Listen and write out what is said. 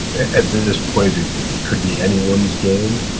at this point, it could be anyone's game,